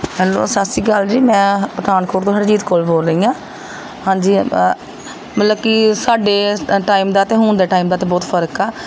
hello ਸਤਿ ਸ਼੍ਰੀ ਅਕਾਲ ਜੀ ਮੈਂ ਪਠਾਨਕੋਟ ਤੋਂ ਹਰਜੀਤ ਕੌਰ ਬੋਲ ਰਹੀ ਹਾਂ ਹਾਂਜੀ ਮਤਲਬ ਕਿ ਸਾਡੇ ਟਾਈਮ ਦਾ ਅਤੇ ਹੁਣ ਦੇ ਟਾਈਮ ਦਾ ਤਾਂ ਬਹੁਤ ਫਰਕ ਆ